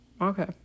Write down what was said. okay